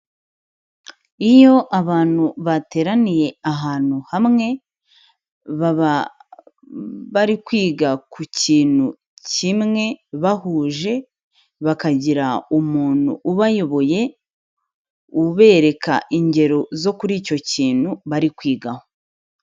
Iyo abantu bateraniye ahantu hamwe baba bari kwiga ku kintu kimwe bahuje, bakagira umuntu ubayoboye ubereka ingero zo kuri icyo kintu bari kwigaho.